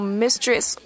mistress